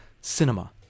Cinema